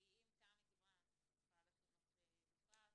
כי אם תמי דיברה על משרד החינוך בכלל,